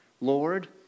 Lord